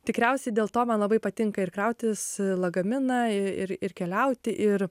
tikriausiai dėl to man labai patinka ir krautis lagaminą ir ir keliauti ir